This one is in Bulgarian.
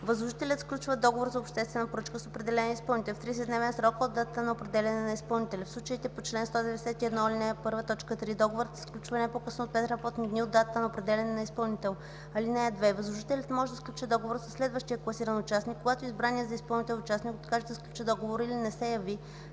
Възложителят сключва договор за обществена поръчка с определения изпълнител в 30-дневен срок от датата на определяне на изпълнителя. В случаите по чл. 191, ал. 1, т. 3 договорът се сключва не по-късно от 5 работни дни от датата на определяне на изпълнител. (2) Възложителят може да сключи договор със следващия класиран участник, когато избраният за изпълнител участник откаже да сключи договор или не се яви